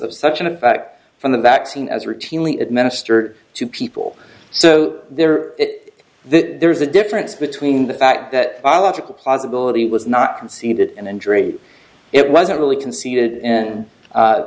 of such an effect from the vaccine as routinely administered to people so there there's a difference between the fact that biological possibility was not conceded an injury it wasn't really conceded in and